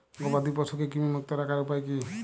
গবাদি পশুকে কৃমিমুক্ত রাখার উপায় কী?